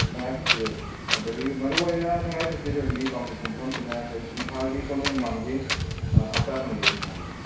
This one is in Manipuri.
ꯁꯉꯥꯏ ꯐꯦꯁꯇꯤꯚꯦꯜꯁꯦ ꯑꯗꯒꯤ ꯃꯔꯨ ꯑꯣꯏꯅ ꯁꯉꯥꯏ ꯐꯦꯁꯇꯤꯚꯦꯜꯒꯤ ꯄꯥꯡꯊꯣꯛ ꯐꯝꯁꯤꯅ ꯑꯩꯈꯣꯏ ꯏꯝꯐꯥꯜꯒꯤ ꯀꯣꯅꯨꯡꯃꯥꯡꯒꯤ ꯍꯞꯇꯥ ꯀꯥꯡꯖꯩꯕꯨꯡ ꯍꯥꯏꯕꯗꯣ